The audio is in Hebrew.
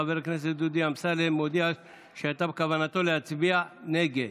חבר הכנסת דודי אמסלם מודיע שהיה בכוונתו להצביע נגד.